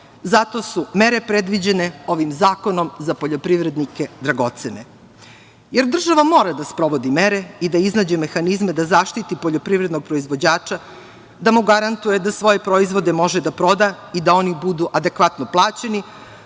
su mere predviđene ovim zakonom za poljoprivrednike dragocene, jer država mora da sprovodi mere i da iznađe mehanizme da zaštiti poljoprivrednog proizvođača, da mu garantuje da svoje proizvode može da proda i da oni budu adekvatno plaćeni,